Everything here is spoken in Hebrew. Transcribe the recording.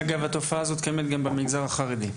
אגב, התופעה הזאת קיימת גם במגזר החרדי.